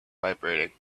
vibrating